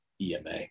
EMA